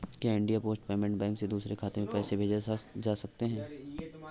क्या India post payment bank से दूसरे खाते में पैसे भेजे जा सकते हैं?